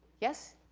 yes?